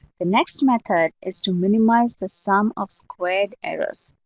the next method is to minimize the sum of squared errors.